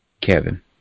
Kevin